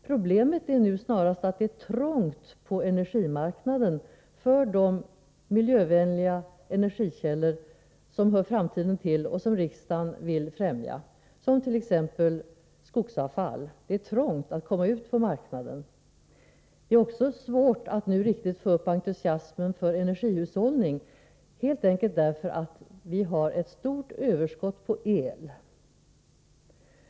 Problemet är nu snarast att det är trångt på energimarknaden för de miljövänliga energislag som hör framtiden till och som riksdagen vill främja, t.ex. skogsavfall. Det är också svårt att riktigt få upp entusiasmen för energihushållning, helt enkelt därför att vi har ett stort överskott på el.